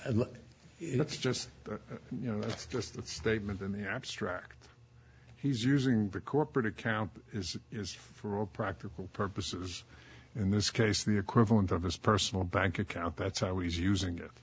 and it's just you know that's just the statement in the abstract he's using the corporate account is is for all practical purposes in this case the equivalent of his personal bank account that's how he's using it